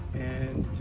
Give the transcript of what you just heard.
and